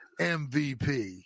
MVP